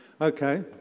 okay